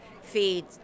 feed